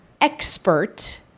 expert